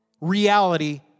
reality